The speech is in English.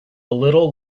little